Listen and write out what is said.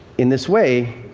in this way,